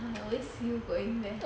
bit I always see you going there